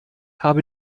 habe